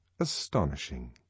astonishing